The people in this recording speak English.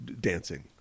dancing